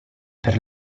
per